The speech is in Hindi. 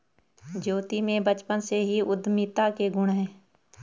ज्योति में बचपन से ही उद्यमिता के गुण है